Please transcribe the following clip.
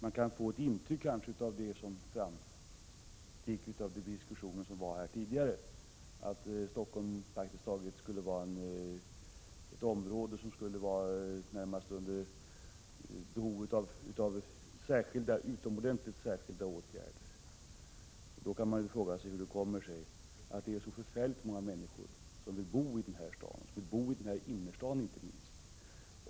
Av den diskussion som har förts här tidigare kan man få intryck av att Stockholm skulle vara i behov av utomordentligt genomgripande åtgärder. Då kan man ju fråga sig hur det kommer sig att det är så förfärligt många människor som vill bo i den här staden, och inte minst i innerstaden.